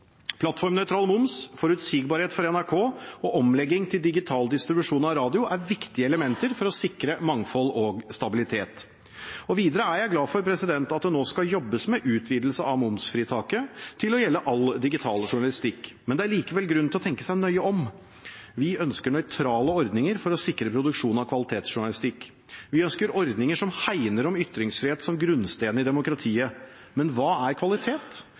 Plattformnøytral moms, forutsigbarhet for NRK og omlegging til digital distribusjon av radio er viktige elementer for å sikre mangfold og stabilitet. Videre er jeg glad for at det nå skal jobbes med å utvide momsfritaket til å gjelde all digital journalistikk. Men det er likevel grunn til å tenke seg nøye om. Vi ønsker nøytrale ordninger for å sikre produksjon av kvalitetsjournalistikk. Vi ønsker ordninger som hegner om ytringsfriheten som grunnsteinen i demokratiet. Men hva er kvalitet,